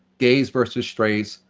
gays versus straits,